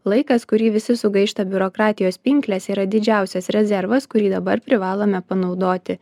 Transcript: laikas kurį visi sugaišta biurokratijos pinklėse yra didžiausias rezervas kurį dabar privalome panaudoti